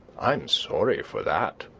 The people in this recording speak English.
i'm sorry for that,